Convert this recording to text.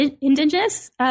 Indigenous*